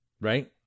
Right